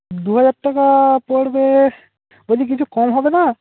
দুহাজার টাকা পড়বে বলছি কিছু কম হবে না